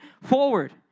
forward